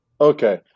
Okay